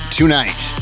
tonight